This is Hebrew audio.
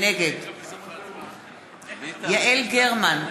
נגד יעל גרמן,